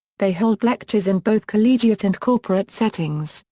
they hold lectures in both collegiate and corporate settings,